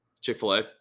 Chick-fil-A